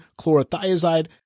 chlorothiazide